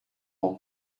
ans